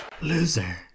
Loser